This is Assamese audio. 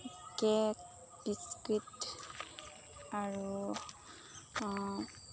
কেক বিস্কুট আৰু